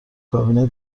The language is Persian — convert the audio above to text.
کابینت